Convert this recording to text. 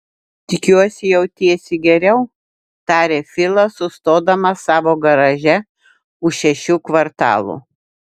tikiuosi jautiesi geriau tarė filas sustodamas savo garaže už šešių kvartalų